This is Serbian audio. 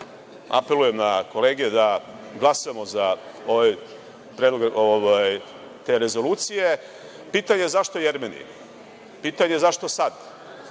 apelujem na kolege da glasamo za predlog te rezolucije. Pitanje - zašto Jermeni? Pitanje – zašto sada?